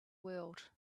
world